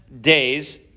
days